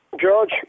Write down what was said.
George